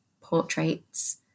portraits